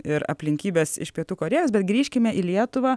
ir aplinkybes iš pietų korėjos bet grįžkime į lietuvą